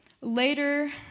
Later